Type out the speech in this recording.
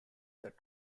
that